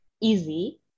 easy